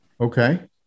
Okay